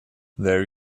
there